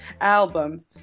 album